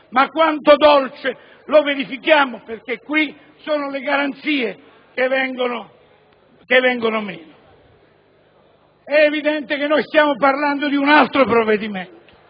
ma quanto dolce lo verifichiamo, perché sono le garanzie che vengono meno. È evidente che stiamo parlando di un altro provvedimento